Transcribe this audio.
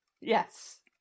Yes